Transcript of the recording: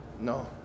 No